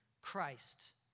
Christ